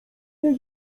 niej